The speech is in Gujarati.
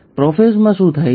તો પ્રોફેઝમાં શું થાય છે